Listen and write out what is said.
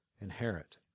inherit